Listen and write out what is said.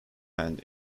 hand